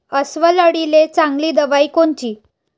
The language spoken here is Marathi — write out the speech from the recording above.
अस्वल अळीले चांगली दवाई कोनची?